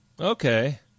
Okay